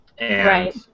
Right